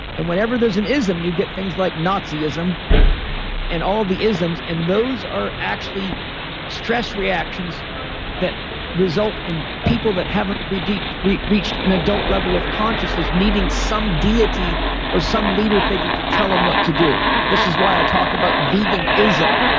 and whenever there's an ism, you get things like nazi-ism and all the isms. and those are actually stress reactions that result in people that haven't reached reached an adult level of consciousness, needing some deity or some leader figure to tell them what to do this is why i talk about veganism,